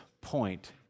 point